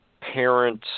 parents